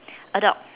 a dog